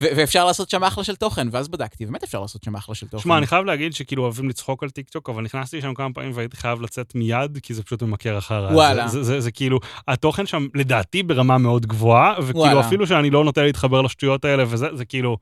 ואפשר לעשות שם אחלה של תוכן, ואז בדקתי, באמת אפשר לעשות שם אחלה של תוכן. תשמע, אני חייב להגיד שכאילו אוהבים לצחוק על טיקטוק, אבל נכנסתי שם כמה פעמים והייתי חייב לצאת מיד, כי זה פשוט ממכר אחר. וואלה. זה כאילו, התוכן שם לדעתי ברמה מאוד גבוהה, וכאילו אפילו שאני לא נוטה להתחבר לשטויות האלה, וזה כאילו...